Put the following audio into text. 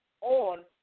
on